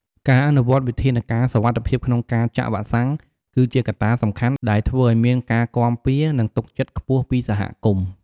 ការអនុវត្តវិធានការសុវត្ថិភាពក្នុងការចាក់វ៉ាក់សាំង គឺជាកត្តាសំខាន់ដែលធ្វើឲ្យមានការគាំរពារ និងទុកចិត្តខ្ពស់ពីសហគមន៍។